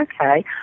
okay